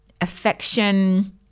affection